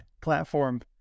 platform